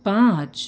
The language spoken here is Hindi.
पाँच